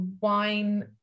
wine